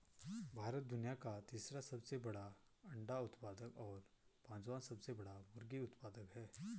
भारत दुनिया का तीसरा सबसे बड़ा अंडा उत्पादक और पांचवां सबसे बड़ा मुर्गी उत्पादक है